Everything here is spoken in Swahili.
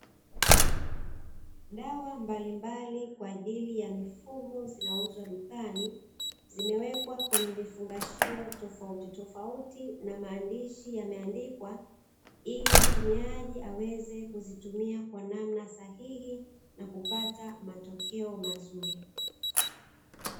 Dawa mbalimbali kwa ajili ya mifugo zinauzwa dukani. Zimewekwa kwenye vifungashio tofautitofauti na maandishi yameandikwa, ili mtumiaji aweze kuzitumia kwa namna sahihi na kupata matokeo mazuri.